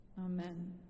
Amen